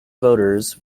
voters